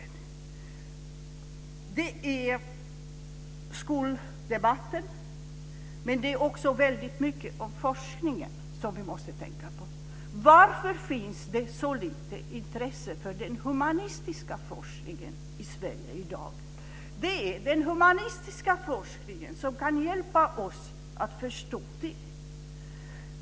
Det är skoldebatten och också forskningen som vi måste tänka väldigt mycket på. Varför finns det så lite intresse för den humanistiska forskningen i Sverige i dag? Det är den som kan hjälpa oss att förstå.